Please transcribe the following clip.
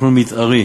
תכנון מתארי,